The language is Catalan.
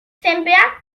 sempre